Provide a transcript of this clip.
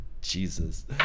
Jesus